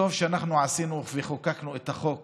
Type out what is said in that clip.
טוב עשינו כשחוקקנו את החוק